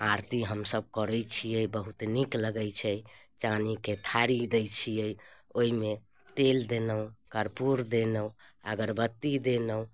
आरती हमसब करै छिए बहुत नीक लगै छै चानीके थारी दै छिए ओहिमे तेल देलहुँ कपूर देलहुँ अगरबत्ती देलहुँ